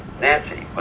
Nancy